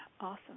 Awesome